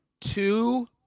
two